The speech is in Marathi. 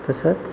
तसंच